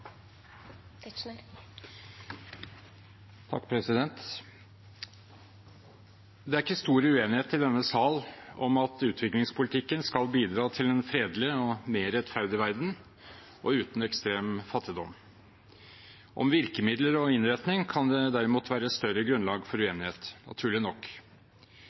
ikke stor uenighet i denne sal om at utviklingspolitikken skal bidra til en fredelig og mer rettferdig verden, og uten ekstrem fattigdom. Om virkemidler og innretning kan det derimot være større grunnlag for uenighet – naturlig nok.